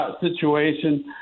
situation